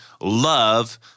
love